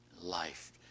life